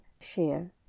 Share